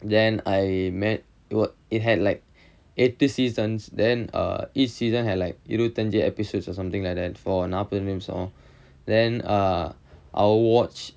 then I met it wa~ it had like எட்டு:ettu seasons then err each season has like இருவத்தஞ்சு:iruvathanju episodes or something like that for நாப்பது நிமிஷம்:naapathu nimisham or then err for our watch